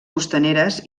costaneres